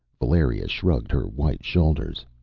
valeria shrugged her white shoulders.